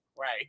Right